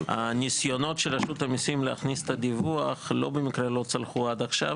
הניסיונות של רשות המיסים להכניס את הדיווח לא במקרה לא צלחו עד עכשיו,